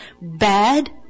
bad